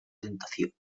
tentación